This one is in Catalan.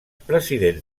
presidents